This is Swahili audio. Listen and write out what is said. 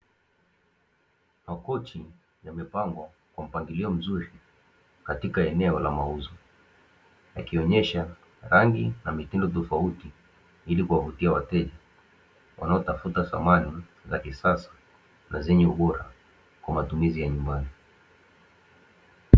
Makochi yamepangwa kwa mpangilio mzuri katika eneo la mauzo, yakionyesha rangi na mitindo tofauti ili kuwavuta wateja wanaotafuta samani za kisasa na zenye ubora kwa matumizi ya nyumbani.